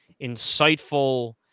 insightful